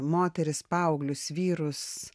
moteris paauglius vyrus